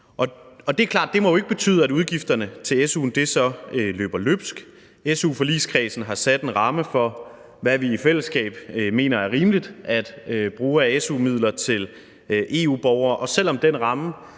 det ikke må betyde, at udgifterne til su'en løber løbsk. Su-forligskredsen har sat en ramme for, hvad vi i fællesskab mener er rimeligt at bruge af su-midler til EU-borgere,